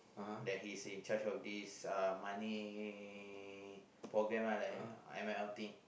that he's in charge of this uh money programme uh like I M L thing